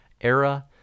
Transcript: era